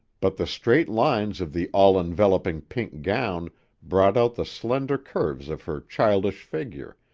but the straight lines of the all-enveloping pink gown brought out the slender curves of her childish figure,